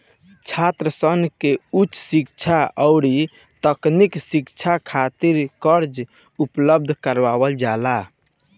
छात्रसन के उच शिक्षा अउरी तकनीकी शिक्षा खातिर कर्जा उपलब्ध करावल जाला